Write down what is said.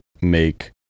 make